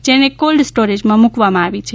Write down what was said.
જેને કોલ્ડ સ્ટોરેજમાં મૂકવામાં આવી છે